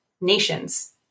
nations